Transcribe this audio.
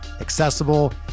accessible